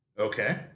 Okay